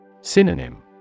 Synonym